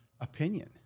opinion